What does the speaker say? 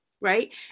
right